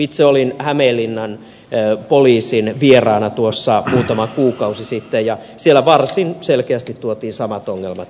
itse olin hämeenlinnan poliisin vieraana tuossa muutama kuukausi sitten ja siellä varsin selkeästi tuotiin samat ongelmat esille